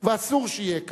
ואסור שיהיה כך.